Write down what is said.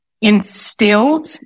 instilled